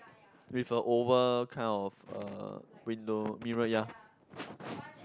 with a over kind of uh window mirror ya